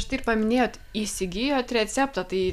štai ir paminėjot įsigijot receptą tai